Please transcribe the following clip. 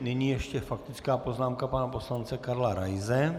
Nyní ještě faktická poznámka pana poslance Karla Raise.